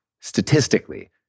statistically